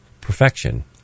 perfection